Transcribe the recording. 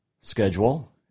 schedule